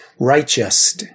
righteous